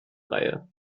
reihe